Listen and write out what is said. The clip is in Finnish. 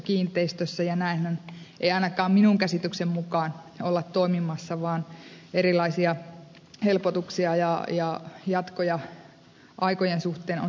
näinhän ei ainakaan minun käsitykseni mukaan olla toimimassa vaan erilaisia helpotuksia ja jatkoja aikojen suhteen on saatavissa